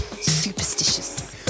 superstitious